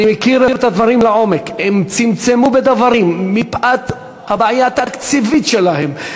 אני מכיר את הדברים לעומק: הם צמצמו בדוורים מפאת הבעיה התקציבית שלהם.